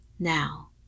Now